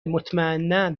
مطمئنا